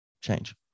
change